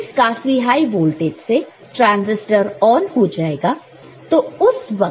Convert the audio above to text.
तो इस काफी हाइ वोल्टेज से ट्रांसिस्टर ऑन हो जाएगा